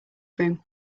room